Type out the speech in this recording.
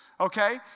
Okay